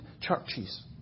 churches